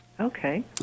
Okay